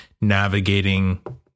navigating